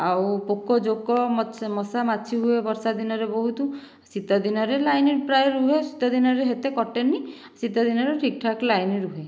ଆଉ ପୋକ ଜୋକ ମଛ ମଶା ମାଛି ହୁଏ ବର୍ଷା ଦିନରେ ବହୁତ ଶୀତ ଦିନରେ ଲାଇନ୍ ପ୍ରାୟ ରୁହେ ଶୀତ ଦିନରେ ସେତେ କଟେନି ଶୀତ ଦିନରେ ଠିକ ଠାକ ଲାଇନ୍ ରୁହେ